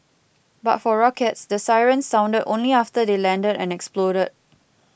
but for rockets the sirens sounded only after they landed and exploded